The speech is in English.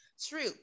true